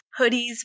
hoodies